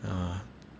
ugh